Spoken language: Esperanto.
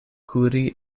kuri